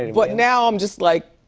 and but now i'm just like,